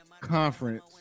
conference